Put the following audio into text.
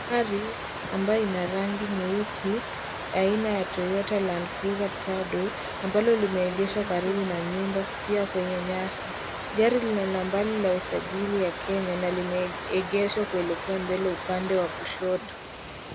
Gari ambayo ina rangi nyeusi aina ya Toyota Landcruiser Prado ambalo limeegeshwa karibu na nyumba pia kwenye nyasi. Gari lina nambari la usajili ya Kenya, na limeegeshwa kuelekea mbele upande wa kushoto.